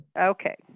Okay